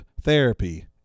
therapy